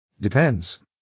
Depends